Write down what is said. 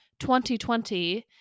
2020